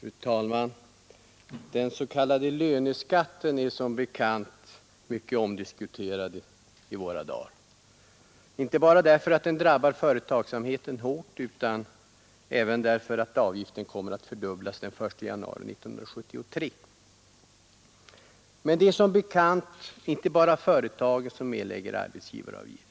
Fru talman! Den s.k. löneskatten är som bekant mycket omdiskuterad i våra dagar, inte bara därför att den drabbar företagsamheten hårt, utan även därför att avgiften kommer att fördubblas den 1 januari 1973. Vi vet också att det inte är bara företagen som erlägger arbetsgivaravgift.